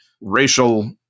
racial